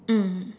mm